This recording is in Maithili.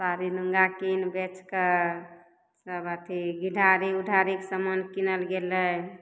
साड़ी लुङ्गा किनि बेचिके सब अथी घिढारी उढारीके समान किनल गेलै